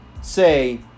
say